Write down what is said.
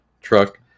truck